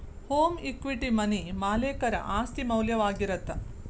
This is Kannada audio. ಹೋಮ್ ಇಕ್ವಿಟಿ ಮನಿ ಮಾಲೇಕರ ಆಸ್ತಿ ಮೌಲ್ಯವಾಗಿರತ್ತ